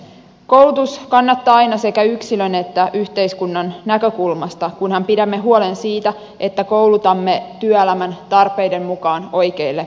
koulutus kannattaa aina sekä yksilön että yhteiskunnan näkökulmasta kunhan pidämme huolen siitä että koulutamme työelämän tarpeiden mukaan oikeille aloille